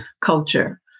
culture